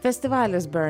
festivalis burning